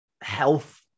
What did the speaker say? health